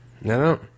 no